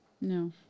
No